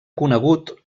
conegut